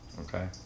Okay